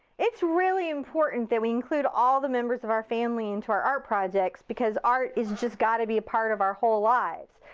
it's really important that we include all the members of our family into our art projects because art has just gotta be a part of our whole lives.